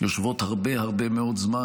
יושבות הרבה הרבה מאוד זמן,